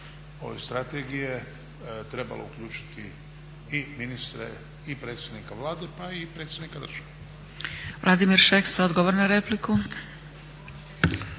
ove strategije trebala uključiti i ministre i predsjednika Vlade pa i predsjednika države. **Zgrebec, Dragica